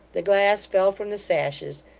the glass fell from the sashes,